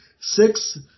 six